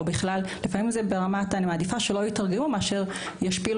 לפעמים אני מעדיפה שלא יתרגמו מאשר שישפילו